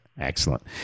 Excellent